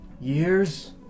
years